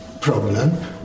problem